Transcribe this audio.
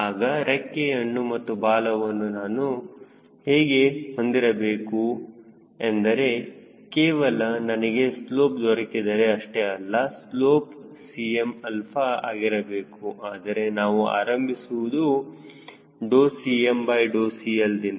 ಆಗ ರೆಕ್ಕೆಯನ್ನು ಮತ್ತು ಬಾಲವನ್ನು ನಾನು ಹೇಗೆ ಹೊಂದಿರಬೇಕು ಎಂದರೆ ಕೇವಲ ನನಗೆ ಸ್ಲೋಪ್ ದೊರಕಿದರೆ ಅಷ್ಟೇ ಅಲ್ಲ ಸ್ಲೋಪ್ 𝐶mα ಆಗಿರಬೇಕು ಆದರೆ ನಾವು ಆರಂಭಿಸಿರುವುದು CmCL ದಿಂದ